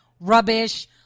Rubbish